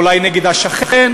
אולי נגד השכן,